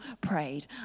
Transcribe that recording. prayed